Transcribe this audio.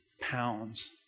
pounds